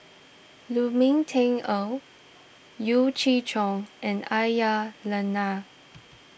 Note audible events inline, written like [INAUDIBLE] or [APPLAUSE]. Lu Ming Teh Earl Yeo Chee Kiong and Aisyah Lyana [NOISE]